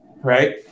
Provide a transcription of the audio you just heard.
right